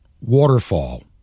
waterfall